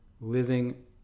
living